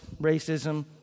racism